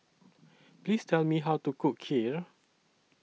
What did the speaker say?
Please Tell Me How to Cook Kheer